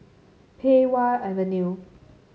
Pei Wah Avenue